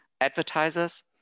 advertisers